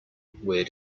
where